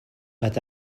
but